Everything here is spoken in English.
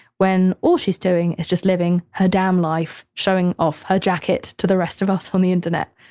when all she's doing is just living her damn life, showing off her jacket to the rest of us on the internet,